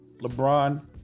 LeBron